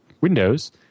Windows